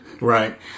Right